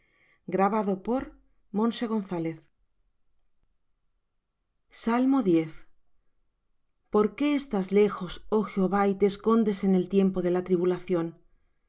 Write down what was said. que son no más que hombres selah por qué estás lejos oh jehová y te escondes en el tiempo de la tribulación